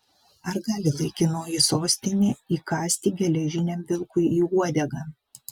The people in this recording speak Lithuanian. ar gali laikinoji sostinė įkąsti geležiniam vilkui į uodegą